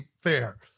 fair